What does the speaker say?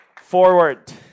forward